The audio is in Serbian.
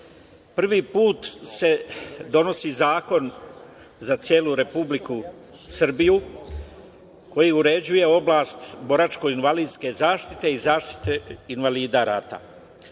put se donosi zakon za celu Republiku Srbiju koji uređuje oblast boračko invalidske zaštite i zaštite invalida rata.